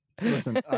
Listen